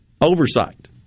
oversight